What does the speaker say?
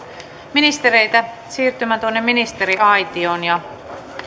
ministereitä siirtymään ministeriaitioon